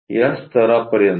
या स्तरापर्यंत